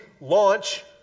launch